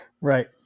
Right